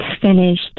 finished